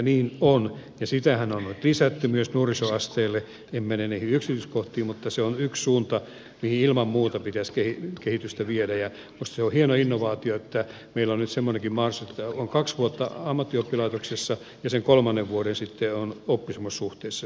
niin on ja sitähän on nyt lisätty myös nuorisoasteelle en mene niihin yksityiskohtiin mutta se on yksi suunta mihin ilman muuta pitäisi kehitystä viedä ja minusta se on hieno innovaatio että meillä on nyt semmoinenkin mahdollisuus että on kaksi vuotta ammattioppilaitoksessa ja sen kolmannen vuoden sitten on oppisopimussuhteessa